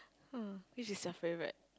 which is your favorite